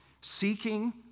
seeking